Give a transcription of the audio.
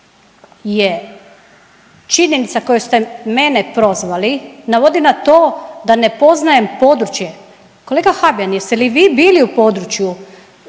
je činjenica koju ste mene prozvali navodi na to da ne poznajem područje. Kolega Habijan jeste li vi bili u području